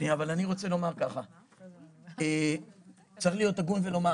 צריך להיות הגון ולומר